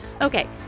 Okay